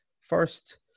first